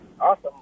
Awesome